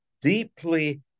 deeply